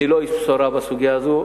אני לא איש בשורה בסוגיה הזו.